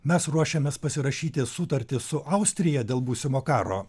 mes ruošiamės pasirašyti sutartį su austrija dėl būsimo karo